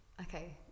Okay